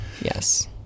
yes